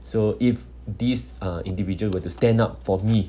so if these uh individual were to stand up for me